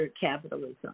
capitalism